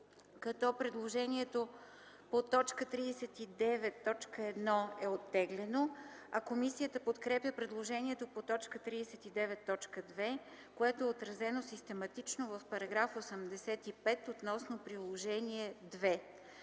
Предложението по т. 39.1 е оттеглено. Комисията подкрепя предложението по т. 39.2, което е отразено систематично в § 85 относно Приложение 2.